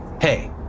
Hey